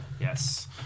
yes